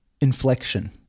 inflection